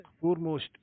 foremost